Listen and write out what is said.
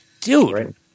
Dude